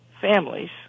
families